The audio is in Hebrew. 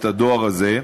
את הדואר הזה.